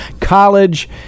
college